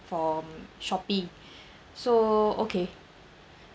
for Shopee so okay